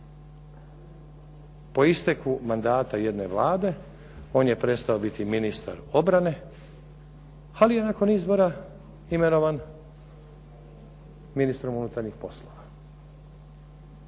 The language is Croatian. Po isteku mandata jedne Vlade, on je prestao biti ministar obrane, ali je nakon izbora imenovan ministrom unutarnjih poslova.